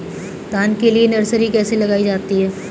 धान के लिए नर्सरी कैसे लगाई जाती है?